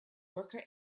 worker